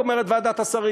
אומרת ועדת השרים,